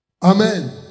Amen